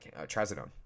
trazodone